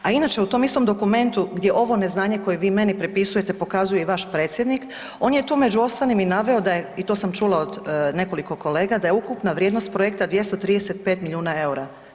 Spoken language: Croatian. A inače u tom istom dokumentu gdje ovo neznanje koje vi meni pripisujete pokazuje i vaš predsjednik, on je tu među ostalim i naveo da je i to sam čula od nekoliko kolega, da je ukupna vrijednost 235 miliona EUR-a.